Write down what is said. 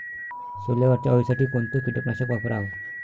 सोल्यावरच्या अळीसाठी कोनतं कीटकनाशक वापराव?